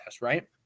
right